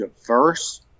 diverse